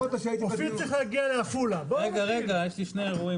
אנשי האוצר